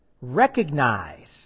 recognize